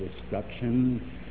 destruction